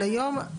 אבל היום,